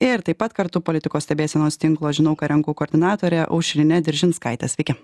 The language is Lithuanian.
ir taip pat kartu politikos stebėsenos tinklo žinau ką renku koordinatorė aušrinė diržinskaitė sveiki